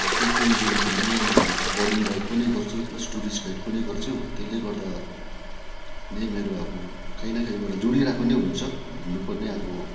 र त्यही टुरिजम् फिल्डमै म बोर्डिङ गाइड पनि गर्छु प्लस टुरिस्ट गाइड पनि गर्छु त्यसले गर्दा नै मेरो अब काहीँ न काहीँबाट जोडिरहेको नै हुन्छ घुम्नु पर्ने अब